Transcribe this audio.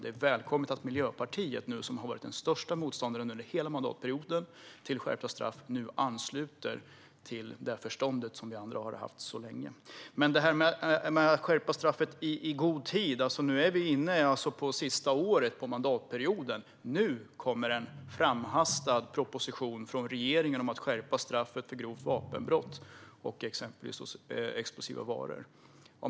Det är välkommet att Miljöpartiet, som har varit den största motståndaren till skärpta straff under hela mandatperioden, nu ansluter till det förstånd som vi andra har haft så länge. Det talades om att skärpa straffet i god tid. Vi är inne på sista året av mandatperioden. Nu kommer en framhastad proposition från regeringen om att skärpa straffet för grovt vapenbrott och exempelvis explosiva varor.